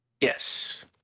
Yes